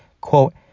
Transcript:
quote